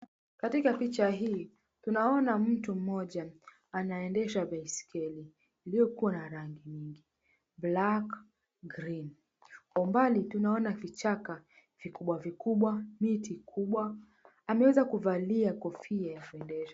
Katika picha hii, tunaona mtu mmoja anaendesha baiskeli iliyokuwa na rangi nyingi, black, green . Kwa umbali tunaona vichaka vikubwa vikubwa, miti kubwa. Ameweza kuvalia kofia ya kuendesha.